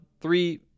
Three